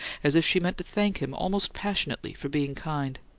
as if she meant to thank him almost passionately for being kind.